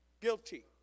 guilty